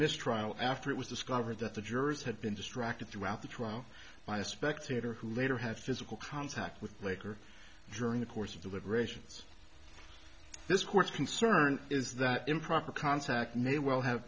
mistrial after it was discovered that the jurors had been distracted throughout the trial by a spectator who later had physical contact with blake or during the course of the liberations this court's concern is that improper contact may well have